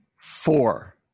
Four